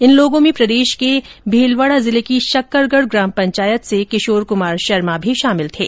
इन लोगों में प्रदेश के भीलवाड़ा जिले की शक्करगढ ग्राम पंचायत से किशोर क्मार शर्मा भी शामिल थे